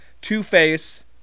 Two-Face